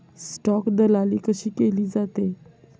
Stock दलाली कशी केली जाते?